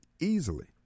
easily